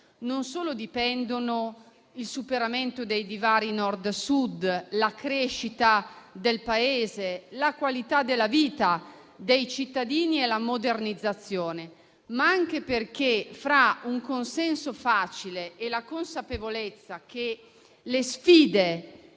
non solo dipendono il superamento dei divari tra Nord e Sud, la crescita del Paese, la qualità della vita dei cittadini e la modernizzazione; ma anche perché, fra un consenso facile e la consapevolezza che le sfide